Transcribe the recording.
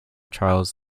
charles